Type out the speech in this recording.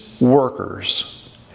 Workers